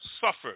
suffered